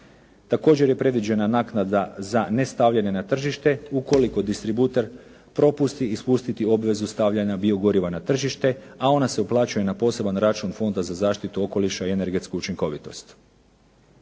Također je predviđena naknada za nestavljanje na tržište ukoliko distributer propusti ispustiti obvezu stavljanja biogoriva na tržište, a ona se uplaćuje na poseban račun Fonda za zaštitu okoliša i energetsku učinkovitost.